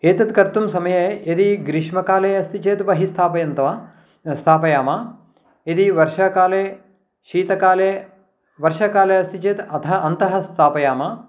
एतद्कर्तुं समये यदि ग्रीष्मकाले अस्ति चेत् बहिः स्थापयन्तः वा स्थापयामः यदि वर्षाकाले शीतकाले वर्षाकाले अस्ति चेत् अधः अन्तः स्थापयामः